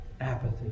Apathy